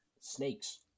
Snakes